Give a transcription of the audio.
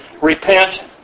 repent